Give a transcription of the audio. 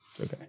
Okay